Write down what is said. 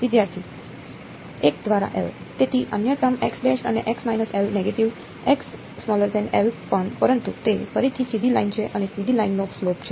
વિદ્યાર્થી 1 દ્વારા l તેથી અન્ય ટર્મ અને નેગેટિવ પણ પરંતુ તે ફરીથી સીધી લાઇન છે અને સીધી લાઇન નો સ્લોપ છે